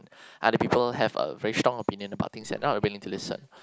other people have a strong opinion not willing to listen